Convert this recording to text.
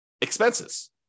expenses